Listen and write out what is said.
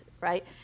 right